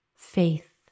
Faith